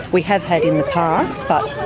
we have had in the past but